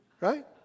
right